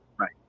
Right